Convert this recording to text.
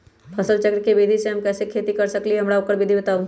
फसल चक्र के विधि से हम कैसे खेती कर सकलि ह हमरा ओकर विधि बताउ?